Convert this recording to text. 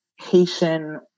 Haitian